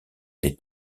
des